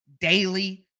daily